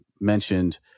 mentioned